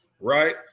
right